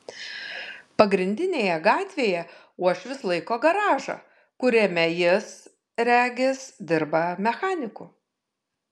pagrindinėje gatvėje uošvis laiko garažą kuriame jis regis dirba mechaniku